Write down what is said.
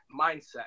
mindset